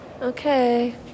okay